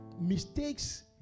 mistakes